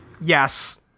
Yes